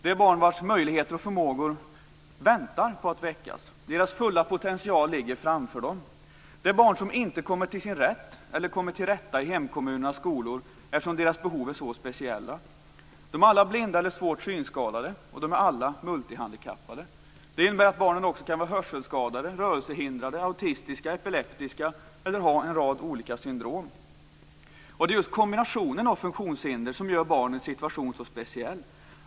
Det är barn vars möjligheter och förmågor väntar på att väckas. Deras fulla potential ligger framför dem. Det är barn som inte kommer till sin rätt eller till rätta i hemkommunernas skolor, eftersom deras behov är så speciella. De är alla blinda eller svårt synskadade, och de är alla multihandikappade. Det innebär att barnen också kan vara hörselskadade, rörelsehindrade, autistiska, epileptiska eller ha en rad olika syndrom. Det är just kombinationen av funktionshinder som gör barnens situation så speciell.